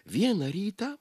vieną rytą